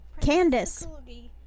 Candice